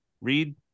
read